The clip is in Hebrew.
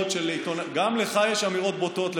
גם לך יש אמירות בוטות לפעמים,